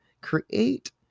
create